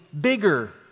bigger